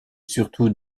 surtout